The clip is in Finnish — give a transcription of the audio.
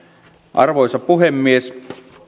arvoisa puhemies